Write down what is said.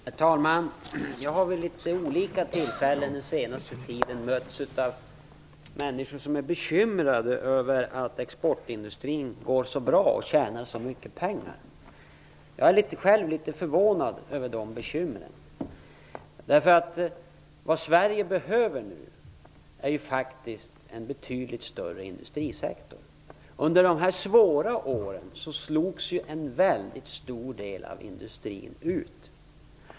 Herr talman! Jag har vid olika tillfällen den senaste tiden mötts av människor som är bekymrade över att exportindustrin går så bra och tjänar så mycket pengar. Jag är litet förvånad över sådana bekymmer. Vad Sverige behöver nu är faktiskt en betydligt större industrisektor. Under de svåra åren slogs en väldigt stor del av industrin ut.